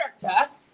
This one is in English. character